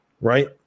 right